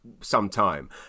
sometime